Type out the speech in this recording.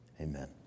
Amen